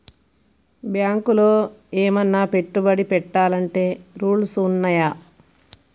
బ్యాంకులో ఏమన్నా పెట్టుబడి పెట్టాలంటే రూల్స్ ఉన్నయా?